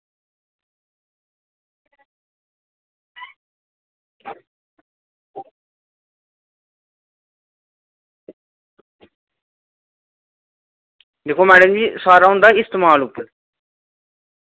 दिक्खो मैडम जी सारा होंदा इस्तेमाल उप्पर